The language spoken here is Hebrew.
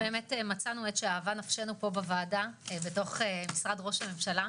ואני אגיד שבאמת מצאנו את שאהבה נפשנו פה בוועדה בתוך משרד ראש הממשלה,